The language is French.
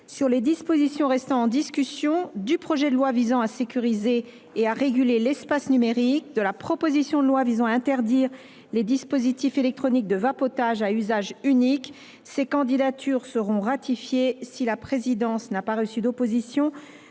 sur les dispositions restant en discussion du projet de loi visant à sécuriser et réguler l’espace numérique et de la proposition de loi visant à interdire les dispositifs électroniques de vapotage à usage unique ont été publiées. Ces candidatures seront ratifiées si la présidence n’a pas reçu d’opposition